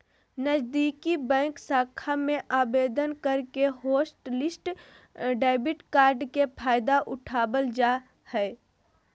नजीदीकि बैंक शाखा में आवेदन करके हॉटलिस्ट डेबिट कार्ड के फायदा उठाबल जा हय